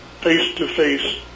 face-to-face